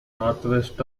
northwest